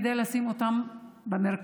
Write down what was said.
כדי לשים אותם במרכז,